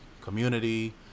community